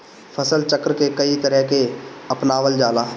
फसल चक्र के कयी तरह के अपनावल जाला?